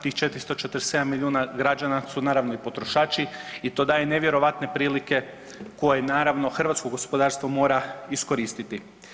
Tih 447 milijuna građana su naravno i potrošači i to daje nevjerojatne prilike koje naravno hrvatsko gospodarstvo mora iskoristiti.